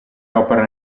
opera